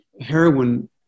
heroin